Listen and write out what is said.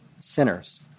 sinners